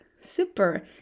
Super